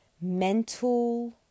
mental